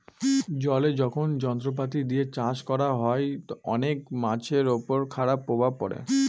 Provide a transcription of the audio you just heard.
জলে যখন যন্ত্রপাতি দিয়ে চাষ করা হয়, অনেক মাছের উপর খারাপ প্রভাব পড়ে